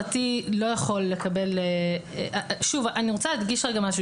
אני רוצה להדגיש משהו.